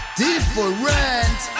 different